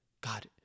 God